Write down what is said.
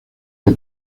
que